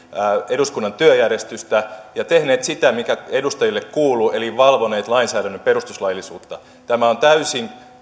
eduskunnan työjärjestystä ja tehneet sitä mikä edustajille kuuluu eli valvoneet lainsäädännön perustuslaillisuutta tämä aikatauluväite on